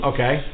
Okay